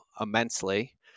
immensely